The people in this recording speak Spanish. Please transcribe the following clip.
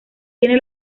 tiene